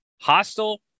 hostile